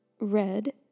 red